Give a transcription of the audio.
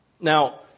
Now